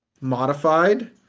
modified